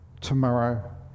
tomorrow